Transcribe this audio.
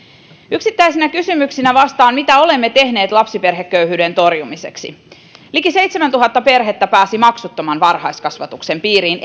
yksittäisiin kysymyksiin vastaan mitä olemme tehneet lapsiperheköyhyyden torjumiseksi liki seitsemäntuhatta perhettä enemmän kuin ennen pääsi maksuttoman varhaiskasvatuksen piiriin